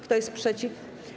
Kto jest przeciw?